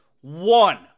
one